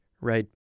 right